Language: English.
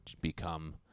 become